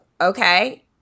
Okay